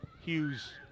Hughes